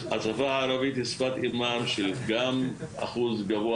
השפה הערבית היא שפת אימם של אחוז גבוה